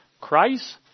Christ